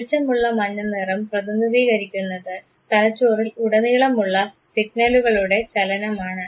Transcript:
തെളിച്ചമുള്ള മഞ്ഞനിറം പ്രതിനിധീകരിക്കുന്നത് തലച്ചോറിൽ ഉടനീളമുള്ള സിഗ്നലുകളുടെ ചലനമാണ്